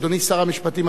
אדוני שר המשפטים,